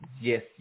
Yes